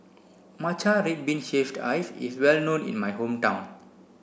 matcha red bean shaved ice is well known in my hometown